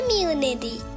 community